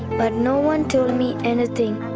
but no one told me anything.